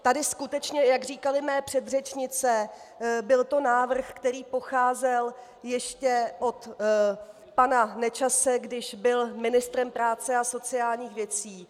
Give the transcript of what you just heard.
Tady skutečně, jak říkaly mé předřečnice, byl návrh, který pocházel ještě od pana Nečase, když byl ministrem práce a sociálních věcí.